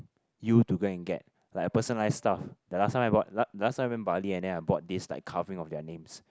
you to go and get like a personalised stuff the last time I bought last time I went Bali and then I bought this like carving of their names